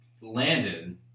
landed